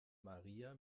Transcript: maria